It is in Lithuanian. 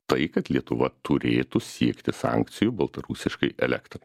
tai kad lietuva turėtų siekti sankcijų baltarusiškai elektrai